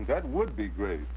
you guys would be great